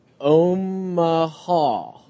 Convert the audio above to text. Omaha